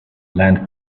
land